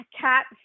cat